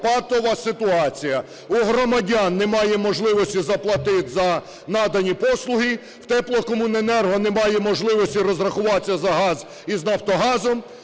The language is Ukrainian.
патова ситуація: у громадян немає можливості заплатить за надані послуги, в теплокомуненерго немає можливості розрахуватися за газ із "Нафтогазом",